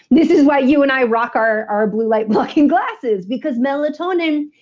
this is why you and i rock our our blue light blocking glasses because melatonin,